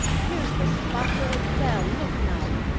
here's the spot where ut fell, look now!